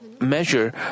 measure